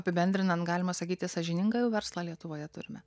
apibendrinant galima sakyti sąžiningą jau verslą lietuvoje turime